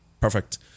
perfect